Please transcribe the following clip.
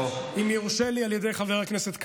הצעתי, אם יורשה לי על ידי חבר הכנסת קריב,